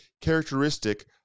characteristic